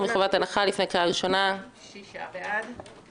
החלק הראשון שלנו זאת הבקשה של יושבת-ראש ועדת הפנים